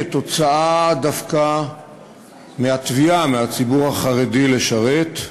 דווקא כתוצאה מהתביעה מהציבור החרדי לשרת,